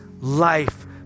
life